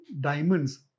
diamonds